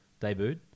debuted